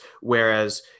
whereas